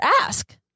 ask